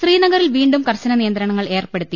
ശ്രീനഗറിൽ വീണ്ടും കർശന നിയന്ത്രണങ്ങൾ ഏർപ്പെടുത്തി